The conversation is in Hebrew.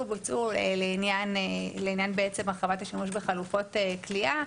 ובוצעו לעניין הרחבת השימוש בחלופות כליאה,